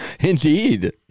Indeed